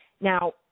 Now